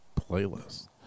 playlist